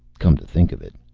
come to think of it.